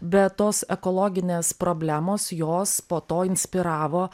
bet tos ekologinės problemos jos po to inspiravo